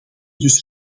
dus